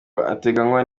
hateganywa